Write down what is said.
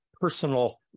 personal